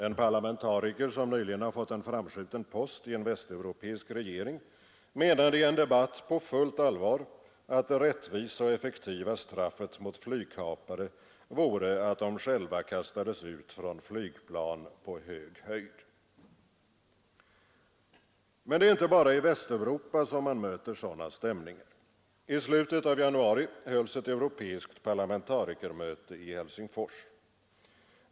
En parlamentariker, som nyligen har fått en framskjuten post i en västeuropeisk regering, menade i en debatt på fullt allvar att det rättvisa och effektiva straffet för flygkapare vore att de själva kastades ut från flygplan på hög höjd. Men det är inte bara i Västeuropa som man möter sådana stämningar. I slutet av januari hölls ett europeiskt parlamentarikermöte i Helsingfors.